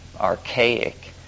archaic